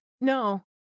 No